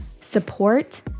support